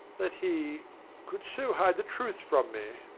that he could so hide the truth from me!